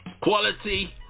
Quality